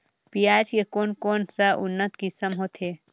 पियाज के कोन कोन सा उन्नत किसम होथे?